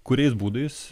kuriais būdais